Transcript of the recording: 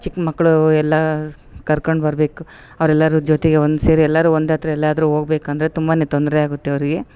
ಚಿಕ್ಕಮಕ್ಳು ಎಲ್ಲ ಸ್ ಕರ್ಕೊಂಡು ಬರಬೇಕು ಅವರೆಲ್ಲರು ಜೊತೆಗೆ ಒಂದುಸೇರಿ ಎಲ್ಲರು ಒಂದಹತ್ರ ಎಲ್ಲದ್ರು ಹೋಗ್ಬೇಕಂದ್ರೆ ತುಂಬ ತೊಂದರೆ ಆಗುತ್ತೆ ಅವರಿಗೆ